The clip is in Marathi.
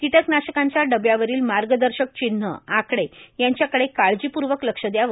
किटकनाशकांच्या डब्यावरील मार्गदर्शक चिन्ह आकडे यांच्याकडे काळजीपूर्वक लक्ष दयावे